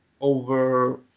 over